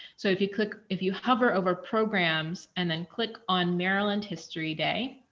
so if you click if you hover over programs and then click on maryland history day.